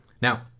Now